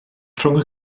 rhwng